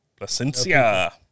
Placencia